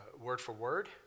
word-for-word